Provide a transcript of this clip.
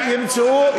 הם ימצאו,